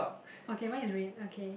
okay mine is red okay